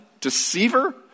Deceiver